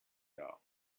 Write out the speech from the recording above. dog